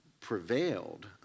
prevailed